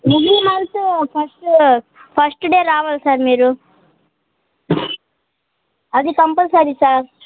every month first first day రావాలి sir మీరు అది కంపల్సరీ సార్